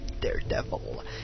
Daredevil